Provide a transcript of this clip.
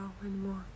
anymore